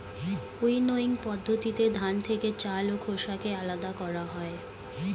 winnowing পদ্ধতিতে ধান থেকে চাল ও খোসাকে আলাদা করা হয়